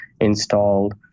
installed